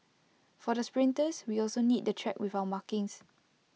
for the sprinters we also need the track with our markings